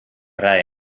rij